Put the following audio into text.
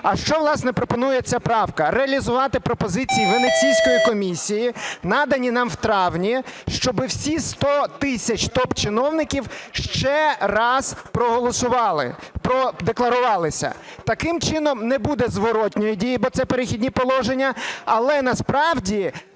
А що, власне, пропонує ця правка? Реалізувати пропозиції Венеційської комісії, надані нам у травні, щоб всі сто тисяч топ-чиновників ще раз проголосували, продекларувалися. Таким чином не буде зворотної дії, бо це "Перехідні положення", але насправді,